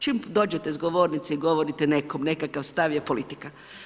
Čim dođete s govornice i govorite nekom nekakav stav, je politika.